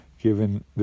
given